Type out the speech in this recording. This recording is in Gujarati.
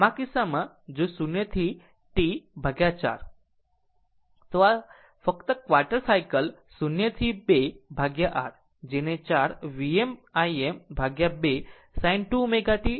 આમ આ કિસ્સામાં જો 0 થી t 4 આ કરો કે ફક્ત ક્વાર્ટર સાયકલ 0 થી 2 r જેને 4 Vm Im2 sin 2 ω t dt કહે છે